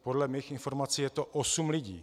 Podle mých informací je to osm lidí.